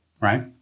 right